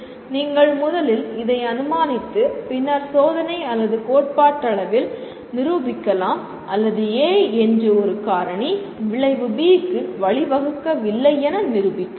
நீங்கள் முதலில் இதை அனுமானித்து பின்னர் சோதனை அல்லது கோட்பாட்டளவில் நிரூபிக்கலாம் அல்லது A என்ற ஒரு காரணி விளைவு B க்கு வழிவகுக்கவில்லையென நிரூபிக்கலாம்